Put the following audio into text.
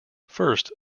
first